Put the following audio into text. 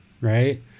right